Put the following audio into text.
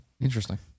interesting